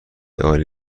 عالی